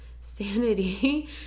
sanity